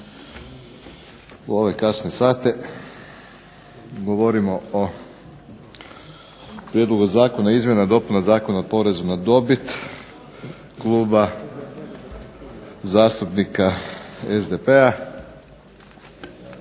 U ove kasne sate govorimo o prijedlog Zakona o izmjenama i dopunama Zakona o porezu na dobit Kluba zastupnika SDP-a